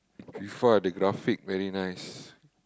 Fifa the graphic very nice